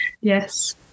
Yes